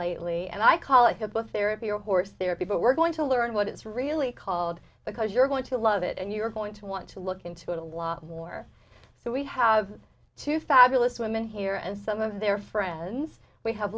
lately and i call it a book therapy or therapy but we're going to learn what it's really called because you're going to love it and you're going to want to look into it a lot warmer so we have to fabulous women here and some of their friends we have